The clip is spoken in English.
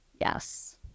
yes